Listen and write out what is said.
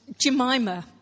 Jemima